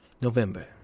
November